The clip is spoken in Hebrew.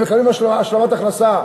הם מקבלים השלמת הכנסה.